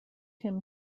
him